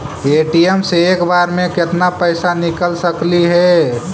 ATM से एक बार मे केत्ना पैसा निकल सकली हे?